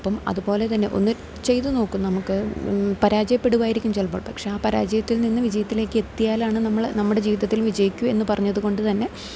അപ്പം അതുപോലെ തന്നെ ഒന്ന് ചെയ്ത് നോക്കു നമുക്ക് പരാജയപ്പെടുവായിരിക്കും ചിലപ്പോൾ പക്ഷേ ആ പരാജയത്തിൽ നിന്ന് വിജയത്തിലേക്ക് എത്തിയാലാണ് നമ്മൾ നമ്മുടെ ജീവിതത്തിൽ വിജയിക്കു എന്ന് പറഞ്ഞത് കൊണ്ട് തന്നെ